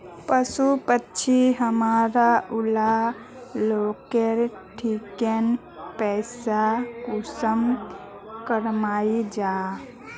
पशु पक्षी हमरा ऊला लोकेर ठिकिन पैसा कुंसम कमाया जा?